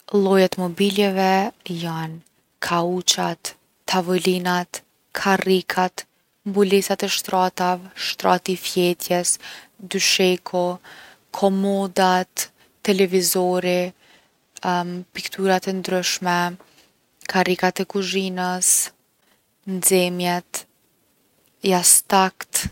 Lloje t’mobiljeve jon, kauçat, tavolinat, karrikat, mbulesat e shtratave, shtrati i fjetjes, dysheku, komodat, televizori piktura e ndryshme, karrikat e kuzhinës, nxemjet, jastakt.